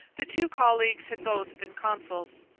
the two colleagues had both been consuls,